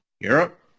Europe